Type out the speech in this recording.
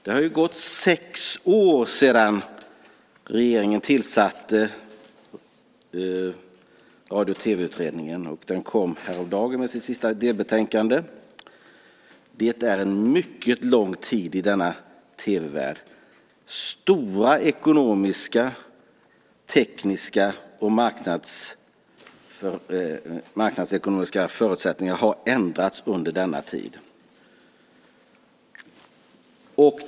Det har gått sex år sedan regeringen tillsatte Radio och tv-lagsutredningen. Den kom häromdagen med sitt sista delbetänkande. Det är en mycket lång tid i denna tv-värld. Stora ekonomiska, tekniska och marknadsekonomiska förutsättningar har ändrats under denna tid.